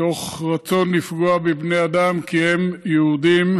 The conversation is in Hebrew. מתוך רצון לפגוע בבני אדם כי הם יהודים,